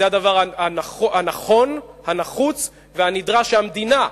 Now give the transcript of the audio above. זה הדבר הנכון, הנחוץ והנדרש, שהמדינה,